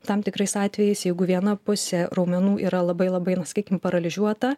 tam tikrais atvejais jeigu viena pusė raumenų yra labai labai na sakykim paralyžiuota